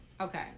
okay